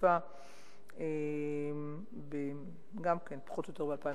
בחיפה גם פחות או יותר ב-2013,